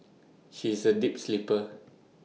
she is A deep sleeper